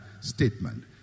statement